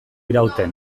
irauten